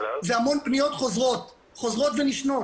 אלה המון פניות חוזרות ונישנות